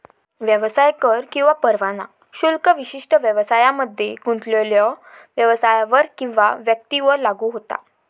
व्यवसाय कर किंवा परवाना शुल्क विशिष्ट व्यवसायांमध्ये गुंतलेल्यो व्यवसायांवर किंवा व्यक्तींवर लागू होता